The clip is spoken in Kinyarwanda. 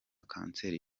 kanseri